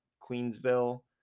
Queensville